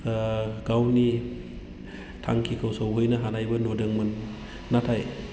गावनि थांखिखौ सहैनो हानायबो नुदोंमोन नाथाय